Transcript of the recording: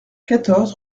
quatorze